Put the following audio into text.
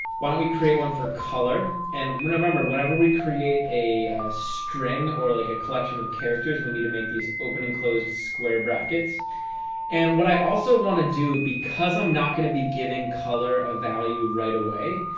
why don't we create one for color? and we remember whenever we create a string or like a collection of characters? we need to make these open and closed square brackets and what i also want to do because i'm not gonna be giving color of value right away.